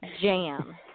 jam